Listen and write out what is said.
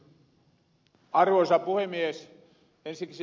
ensiksi pitää ed